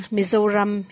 Mizoram